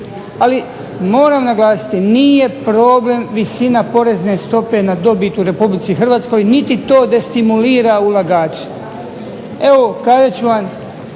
ali moram naglasiti nije problem visina porezne stope na dobit u Republici Hrvatskoj niti to destimulira ulagača. Evo kazat ću vam,